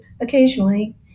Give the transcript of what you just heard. occasionally